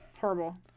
horrible